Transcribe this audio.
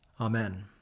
Amen